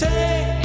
Take